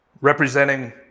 representing